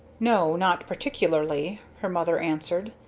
no not particularly, her mother answered,